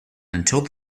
until